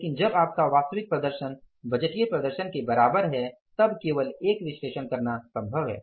लेकिन जब आपका वास्तविक प्रदर्शन बजटीय प्रदर्शन के बराबर है तब केवल एक विश्लेषण करना संभव है